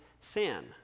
sin